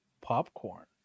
popcorn